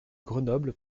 grenoble